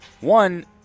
one